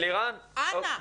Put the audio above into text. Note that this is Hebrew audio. אנא.